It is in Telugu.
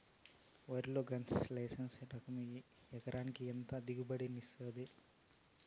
వరి లో షుగర్లెస్ లెస్ రకం ఎకరాకి ఎంత దిగుబడినిస్తుంది